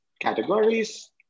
categories